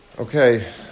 Okay